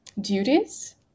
duties